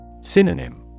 Synonym